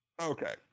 Okay